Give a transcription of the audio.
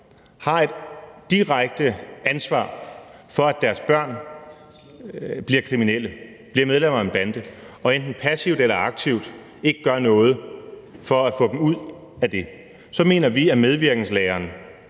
har et direkte ansvar for, at deres børn bliver kriminelle, bliver medlemmer af en bande, og enten passivt eller aktivt ikke gør noget for at få dem ud af det. Det er der, vi mener, at medvirkenslæren